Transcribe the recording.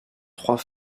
trois